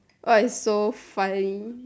what is so fine